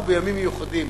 אנחנו בימים מיוחדים,